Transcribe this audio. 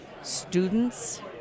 Students